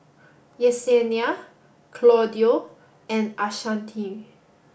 Yessenia Claudio and Ashanti